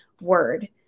word